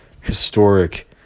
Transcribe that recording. historic